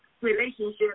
relationship